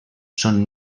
són